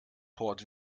port